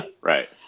Right